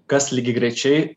kas lygiagrečiai